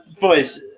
boys